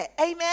Amen